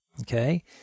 Okay